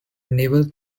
naval